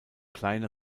kleine